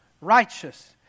Righteous